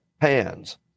hands